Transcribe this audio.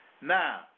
Now